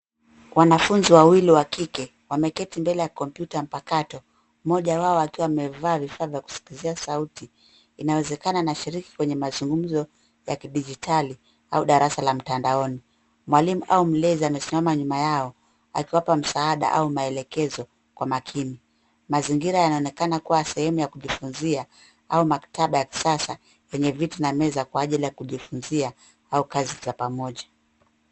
Wanafunzi wawili wa kike wameketi mbele ya komputa mpakato mmoja wao akiwa amevaa vifaa vya kusikizia sauti. Inawezekana anashiriki kwenye mazungumzo ya kidijitali au darasa la mtandaoni. Mwalimu au mlezi amesimama nyuma yao akiwapa msaada au maelekezo kwa makini. Mazingira yanaonekana kuwa sehemu ya kujifunzia au maktaba ya kisasa yenye viti na meza kwa ajili ya kujifunzia au kazi za pamoja.